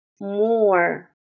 more